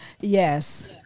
Yes